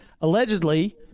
allegedly